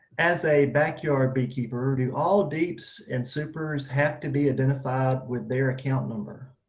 as a backyard beekeeper do all deeps and supers have to be identified with their account number?